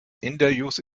interviews